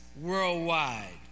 worldwide